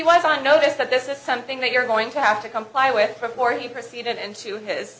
was on notice that this is something that you're going to have to comply with before you proceed into his